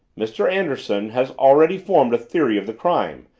mr. anderson has already formed a theory of the crime,